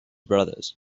brothers